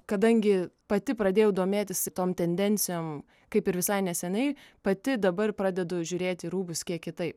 kadangi pati pradėjau domėtis tom tendencijom kaip ir visai neseniai pati dabar pradedu žiūrėt į rūbus kiek kitaip